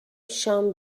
شام